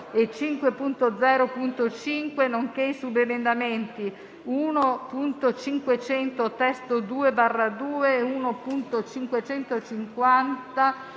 5.0.5, nonché i subemendamenti 1.500 (testo 2)/2 e 1.550/2